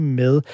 med